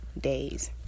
days